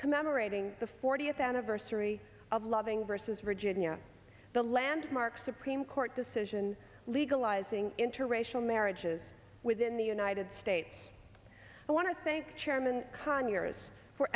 commemorating the fortieth anniversary of loving versus virginia the landmark supreme court decision legalizing interracial marriages within the united states i want to thank chairman conyers for